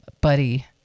Buddy